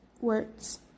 words